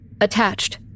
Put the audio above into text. Attached